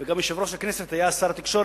יושב-ראש הכנסת היה אז שר התקשורת,